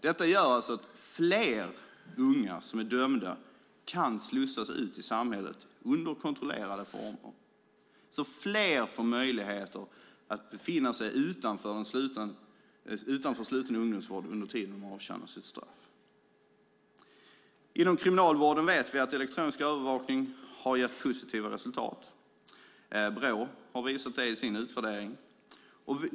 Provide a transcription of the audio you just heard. Det gör att fler unga som är dömda kan slussas ut i samhället under kontrollerade former, så att fler får möjlighet att befinna sig utanför sluten ungdomsvård under den tid som de avtjänar sitt straff. Inom kriminalvården vet vi att elektronisk övervakning har gett positiva resultat. Brå har visat det i sin utvärdering.